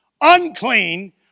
unclean